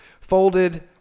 folded